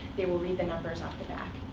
they will read the numbers off the back.